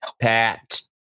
Pat